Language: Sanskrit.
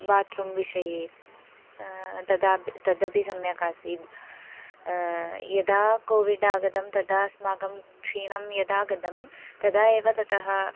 बात्रूं विषये तदापि तदपि सम्यक् आसीत् यदा कोविड् आगतं तदा अस्माकं क्षीणं यदा गतं तदा एव ततः